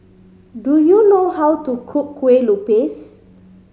do you know how to cook Kueh Lupis